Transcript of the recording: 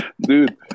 Dude